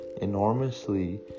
enormously